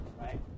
right